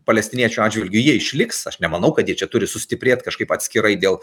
palestiniečių atžvilgiu jie išliks aš nemanau kad jie čia turi sustiprėt kažkaip atskirai dėl